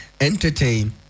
entertain